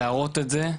להראות את זה,